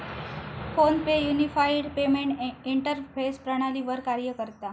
phone पे unified payment interface प्रणालीवर कार्य करता